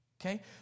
Okay